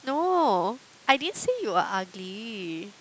no I didn't say you were ugly